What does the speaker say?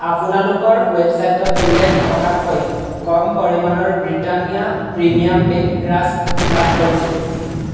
আপোনালোকৰ ৱেবচাইটত উল্লেখ থকাতকৈ কম পৰিমাণৰ ব্ৰিটানিয়া প্ৰিমিয়াম বেক ৰাস্ক লাভ কৰিছিলোঁ